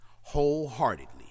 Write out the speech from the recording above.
wholeheartedly